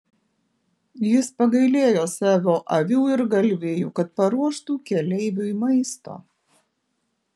jis pagailėjo savo avių ir galvijų kad paruoštų keleiviui maisto